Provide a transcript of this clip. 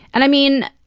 and i mean.